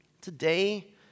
today